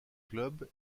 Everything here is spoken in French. clubs